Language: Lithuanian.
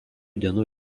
dienų